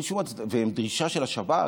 והן דרישה של השב"כ,